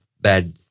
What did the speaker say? bad